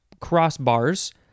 crossbars